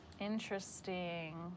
Interesting